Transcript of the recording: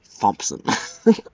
Thompson